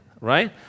right